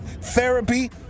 Therapy